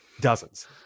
Dozens